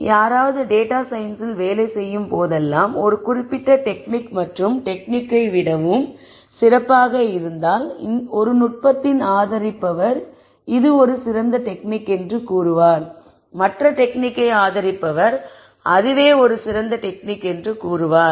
மேலும் யாராவது டேட்டா சயின்ஸில் வேலை செய்யும் போதெல்லாம் ஒரு குறிப்பிட்ட டெக்னிக் மற்றொரு டெக்னிக்கை விடவும் சிறப்பாக இருந்தால் ஒரு நுட்பத்தின் ஆதரிப்பவர் இது ஒரு சிறந்த டெக்னிக் என்று கூறுவார் மற்ற டெக்னிக்கை ஆதரிப்பவர் அதுவே ஒரு சிறந்த டெக்னிக் என்று கூறுவார்